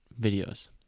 videos